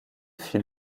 fut